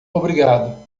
obrigado